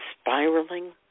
spiraling